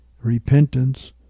repentance